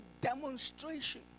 demonstration